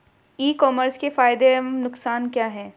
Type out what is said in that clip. ई commerce के फायदे एवं नुकसान क्या हैं?